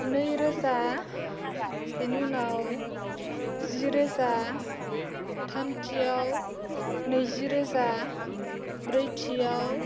नै रोजा बिनि उनाव जि रोजा थामथियाव नैजि रोजा ब्रैथियाव